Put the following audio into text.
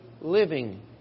living